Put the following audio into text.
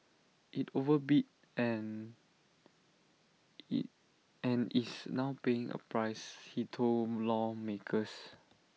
IT overbid and and is now paying A price he told lawmakers